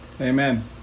Amen